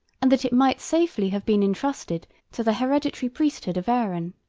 and that it might safely have been intrusted to the hereditary priesthood of aaron.